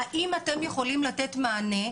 האם אתם יכולים לתת מענה,